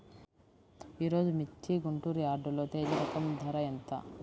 ఈరోజు మిర్చి గుంటూరు యార్డులో తేజ రకం ధర ఎంత?